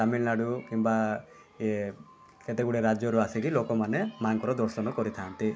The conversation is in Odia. ତାମିଲନାଡ଼ୁ କିମ୍ବା ଏ କେତେଗୁଡ଼ିଏ ରାଜ୍ୟରୁ ଆସିକି ଲୋକମାନେ ମାଆଙ୍କର ଦର୍ଶନ କରିଥାନ୍ତି